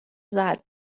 زدما